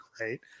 Right